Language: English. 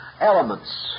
elements